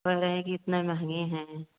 कह रहे हैं कि इतने महँगे हैं